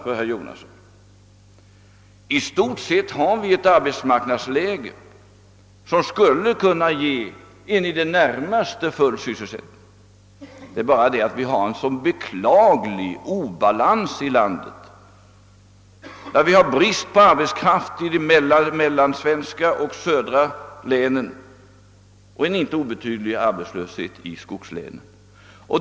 Vi har i stort sett ett arbetsmarknadsläge, som skulle kunna ge en i det närmaste full sysselsättning. Svårigheten är att vi har en så beklaglig obalans i efterfrågan på arbetskraft i vårt land, med brist på arbetskraft i de mellansvenska och södra länen och en inte obetydlig arbetslöshet i skogslänen.